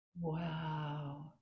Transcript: Wow